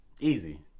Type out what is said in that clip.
Easy